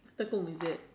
Tekong is it